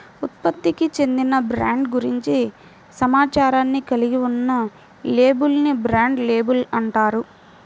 ఉత్పత్తికి చెందిన బ్రాండ్ గురించి సమాచారాన్ని కలిగి ఉన్న లేబుల్ ని బ్రాండ్ లేబుల్ అంటారు